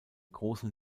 großen